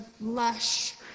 lush